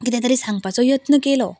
किदें तरी सांगपाचो यत्न केलो